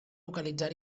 localitzar